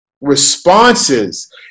responses